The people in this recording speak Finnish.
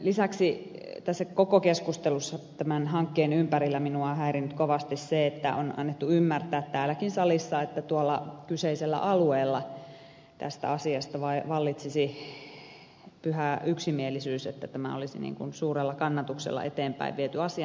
lisäksi tässä koko keskustelussa tämän hankkeen ympärillä minua on häirinnyt kovasti se että on annettu ymmärtää täälläkin salissa että tuolla kyseisellä alueella tästä asiasta vallitsisi pyhä yksimielisyys niin että tämä olisi suurella kannatuksella eteenpäin viety asia